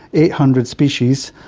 eight hundred species.